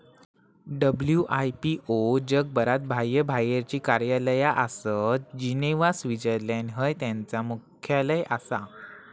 WIPO जगभरात बाह्यबाहेरची कार्यालया आसत, जिनेव्हा, स्वित्झर्लंड हय त्यांचा मुख्यालय आसा